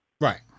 Right